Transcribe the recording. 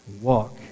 Walk